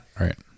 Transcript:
right